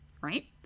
right